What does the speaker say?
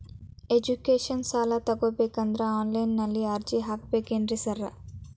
Education ಸಾಲ ತಗಬೇಕಂದ್ರೆ online ನಲ್ಲಿ ಅರ್ಜಿ ಹಾಕ್ಬೇಕೇನ್ರಿ ಸಾರ್?